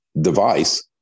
device